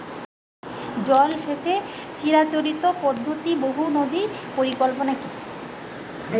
জল সেচের চিরাচরিত পদ্ধতি বহু নদী পরিকল্পনা কি?